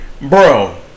Bro